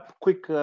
Quick